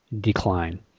decline